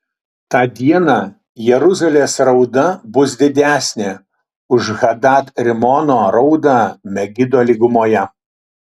tą dieną jeruzalės rauda bus didesnė už hadad rimono raudą megido lygumoje